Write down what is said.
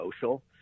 social